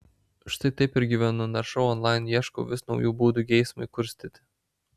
štai taip ir gyvenu naršau online ieškau vis naujų būdų geismui kurstyti